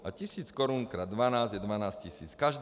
A tisíc korun krát dvanáct je dvanáct tisíc.